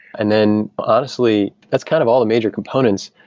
and then, honestly, that's kind of all the major components.